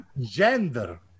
Gender